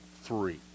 three